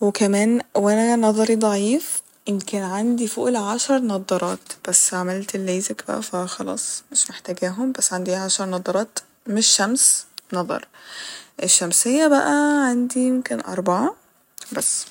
وكمان وأنا نظري ضعيف يمكن عندي فوق العشر نضارات بس عملت الليزك بقى فخلاص مش محتاجاهم بس عندي عشر نضارات مش شمس نظر الشمسية بقى عندي يمكن أربعة بس